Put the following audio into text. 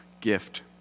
gift